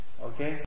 Okay